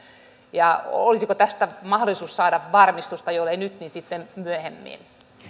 olisiko tästä mahdollisuus saada varmistusta jollei nyt niin sitten myöhemmin